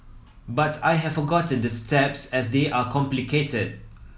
but I have forgotten the steps as they are complicated